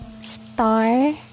star